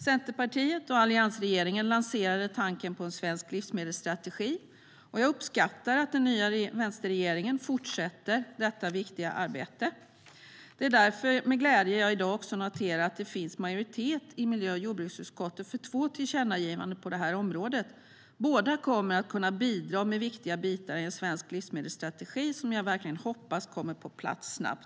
Centerpartiet och alliansregeringen lanserade tanken på en svensk livsmedelsstrategi, och jag uppskattar att den nya vänsterregeringen fortsätter detta viktiga arbete. Det är därför med glädje jag i dag noterar att det finns majoritet i miljö och jordbruksutskottet för två tillkännagivanden på detta område. Båda kommer att kunna bidra med viktiga bitar i en svensk livsmedelsstrategi, som jag verkligen hoppas kommer på plats snabbt.